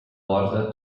borda